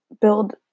build